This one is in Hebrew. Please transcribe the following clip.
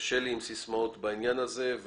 קשה לי עם סיסמאות בעניין הזה.